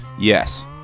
Yes